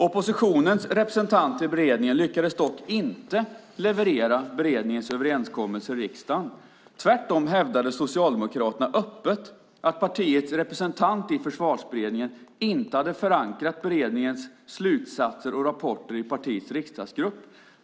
Oppositionens representanter i beredningen lyckades dock inte leverera beredningens överenskommelse i riksdagen. Tvärtom hävdade Socialdemokraterna öppet att partiets representant i Försvarsberedningen inte hade förankrat beredningens slutsatser och rapporter i partiets riksdagsgrupp.